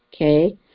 okay